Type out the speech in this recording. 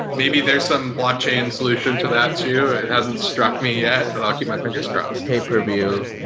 maybe there's some blockchain solution to that too. it hasn't struck me yet, but i'll keep my fingers crossed. pay per view.